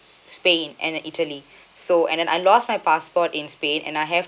spain and then italy so and then I lost my passport in spain and I have